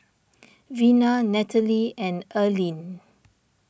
Vena Natalee and Earlene